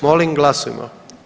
Molim glasujmo.